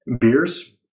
beers